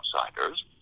outsiders